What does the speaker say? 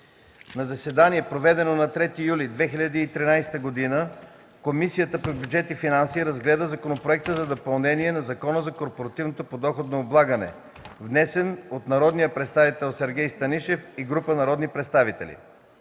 На заседание, проведено на 3 юли 2013 г., Комисията по бюджет и финанси разгледа Законопроекта за допълнение на Закона за корпоративното подоходно облагане, внесен от народния представител Сергей Станишев и група народни представители.